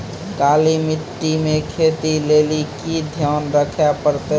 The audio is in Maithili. काली मिट्टी मे खेती लेली की ध्यान रखे परतै?